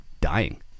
dying